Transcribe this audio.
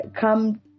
come